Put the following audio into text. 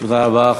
תודה רבה.